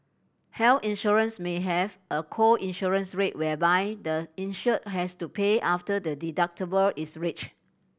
hair insurance may have a co insurance rate whereby the insured has to pay after the deductible is reached